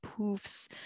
poofs